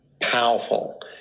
powerful